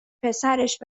پسرش